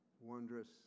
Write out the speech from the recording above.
wondrous